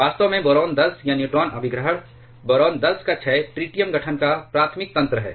वास्तव में बोरान 10 या न्यूट्रॉन अभिग्रहण बोरान 10 का क्षय ट्रिटियम गठन का प्राथमिक तंत्र है